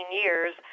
years